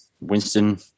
Winston